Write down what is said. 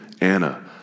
Anna